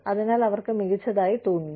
അതിനാൽ അവർക്ക് മികച്ചതായി തോന്നുന്നു